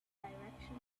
direction